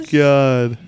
god